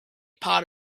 part